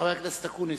חבר הכנסת אקוניס,